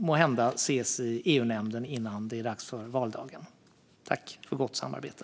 Måhända ses vi i EU-nämnden innan det är dags för valdag. Tack för gott samarbete!